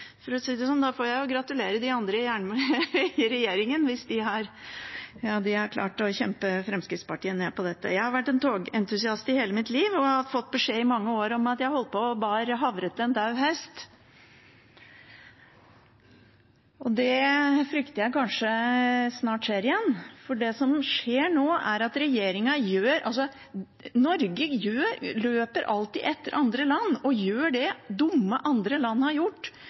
For å si det sånn: Da får jeg gratulere de andre i regjeringen hvis de har klart å nedkjempe Fremskrittspartiet på dette. Jeg har vært en togentusiast i hele mitt liv og har i mange år fått beskjed om at jeg bærer havre til en død hest. Det frykter jeg kanskje snart skjer igjen, for det som skjer nå, er at Norge alltid løper etter andre land og gjør det dumme andre land har gjort,